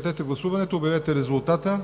докладвания текст.